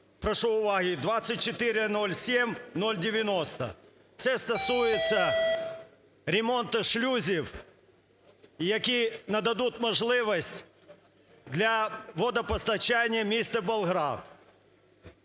прошу уваги, 2407090. Це стосується ремонту шлюзів, які нададуть можливість для водопостачання міста Болград.